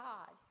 God